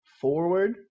forward